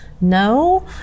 no